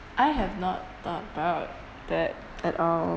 I have not thought about that at all